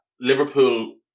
Liverpool